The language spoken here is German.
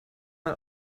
mal